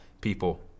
people